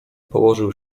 położył